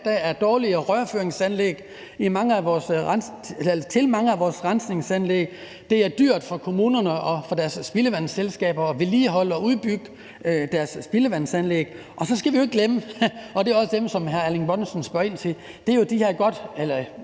Der er dårligere rørføringsanlæg til mange af vores rensningsanlæg, og det er dyrt for kommunerne og for deres spildevandsselskaber at vedligeholde og udbygge deres spildevandsanlæg. Så skal vi jo ikke glemme, og det er også dem, som hr. Erling Bonnesen spørger ind til, de her næsten